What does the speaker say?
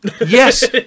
yes